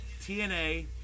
TNA